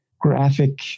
graphic